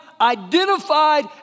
identified